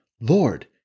Lord